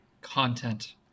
content